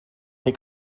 fer